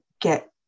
get